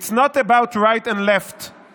It’s not about right and left,